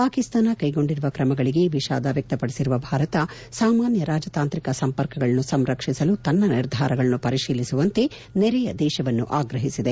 ಪಾಕಿಸ್ತಾನ ಕ್ಲೆಗೊಂಡಿರುವ ಕ್ರಮಗಳಿಗೆ ವಿಷಾಧ ವ್ಲಕ್ತಪಡಿಸಿರುವ ಭಾರತ ಸಾಮಾನ್ಹ ರಾಜತಾಂತ್ರಿಕ ಸಂಪರ್ಕಗಳನ್ನು ಸಂರಕ್ಷಿಸಲು ತನ್ನ ನಿರ್ಧಾರಗಳನ್ನು ಪರಿತೀಲಿಸುವಂತೆ ನೆರೆಯ ದೇಶವನ್ನು ಆಗ್ರಹಿಸಿದೆ